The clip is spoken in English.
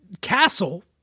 castle